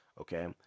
okay